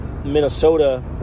Minnesota